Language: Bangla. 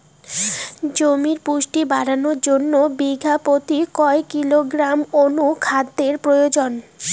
জমির পুষ্টি বাড়ানোর জন্য বিঘা প্রতি কয় কিলোগ্রাম অণু খাদ্যের প্রয়োজন?